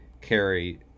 carry